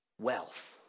wealth